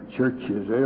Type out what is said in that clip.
churches